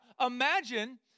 imagine